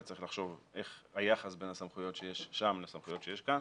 וצריך לחשוב איך היחס בין הסמכויות שיש שם לסמכויות שיש כאן.